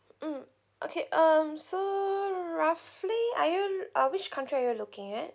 mm okay um so roughly are you uh which country are you looking at